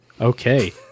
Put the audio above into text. okay